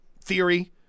theory